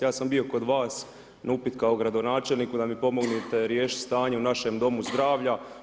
Ja sam bio kod vas na upit kao gradonačelniku da mi pomognete riješiti stanje u našem Domu zdravlja.